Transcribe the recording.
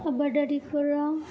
आबादारिफोरा